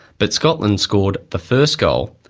but scotland scored the first goal.